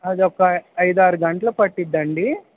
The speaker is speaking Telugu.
అదొక ఐదారు గంటలు పడుతుందండి